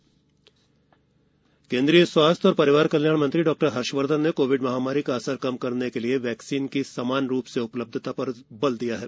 हर्षवर्धन टीका केंद्रीय स्वास्थ्य और परिवार कल्याण मंत्री डॉ हर्षवर्धन ने कोविड महामारी का असर कम करने के लिए वैक्सीन की समान रूप से उपलब्धता पर बल दिया है